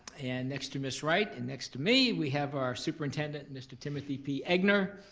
and, next to miss wright and next to me we have our superintendent and mr. timothy p. egnor.